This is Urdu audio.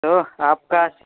تو آپ کا